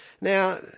Now